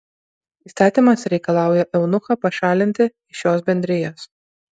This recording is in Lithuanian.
įstatymas reikalauja eunuchą pašalinti iš šios bendrijos